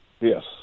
Yes